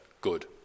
good